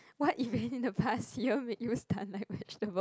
what event in the past year make you stunned like vegetable